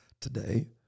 today